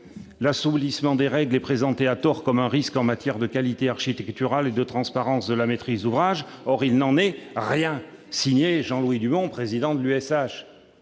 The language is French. L'assouplissement des règles est présenté à tort comme un risque en matière de qualité architecturale et de transparence de la maîtrise d'ouvrage. Or il n'en est rien. » Ce n'est qu'une opinion, certes,